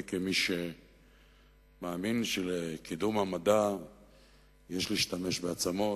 כעל מי שמאמין שלקידום המדע יש להשתמש בעצמות.